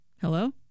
Hello